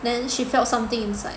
then she felt something inside